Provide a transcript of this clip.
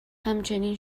همچنین